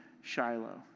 Shiloh